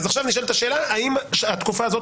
עכשיו נשאלת השאלה האם התקופה הזאת